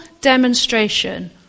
demonstration